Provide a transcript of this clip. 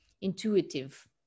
intuitive